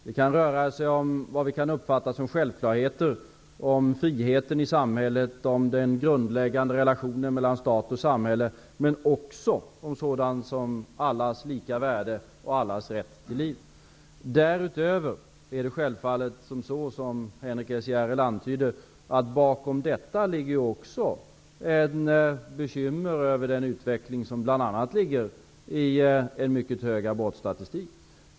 Det kan röra sig om vad vi kan uppfatta som självklarheter -- om friheten i samhället, om den grundläggande relationen mellan staten och samhället och också om sådant som allas lika värde och allas rätt till liv. Därutöver är det självfallet på det sättet, som Henrik S Järrel antydde, att det bakom detta också finns bekymmer med den utveckling som bl.a. framgår av den statistik som visar på ett mycket stort antal aborter.